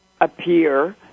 appear